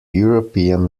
european